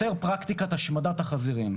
זה יותר פרקטיקת השמדת החזירים.